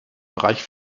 bereich